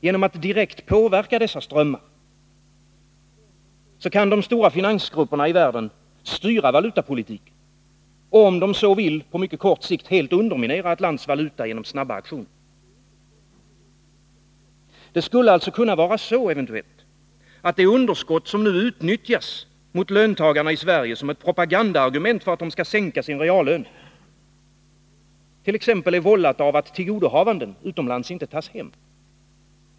Genom att direkt påverka dessa strömmar kan de stora finansgrupperna i världen styra valutapolitiken och om de så vill på mycket kort sikt helt underminera ett lands valuta genom snabba aktioner. Det skulle alltså kunna vara så att det underskott som utnyttjas mot löntagarna i Sverige som ett propagandaargument för att de skall sänka sin reallön är vållat av att tillgodohavanden utomlands inte tas hem.